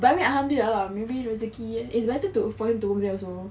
but I mean alhamdulilah lah maybe rezeki it's better to also